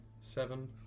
Seven